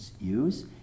use